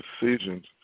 decisions